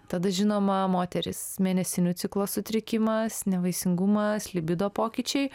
tada žinoma moterys mėnesinių ciklo sutrikimas nevaisingumas libido pokyčiai